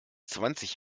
zwanzig